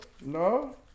No